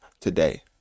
today